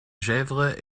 gesvres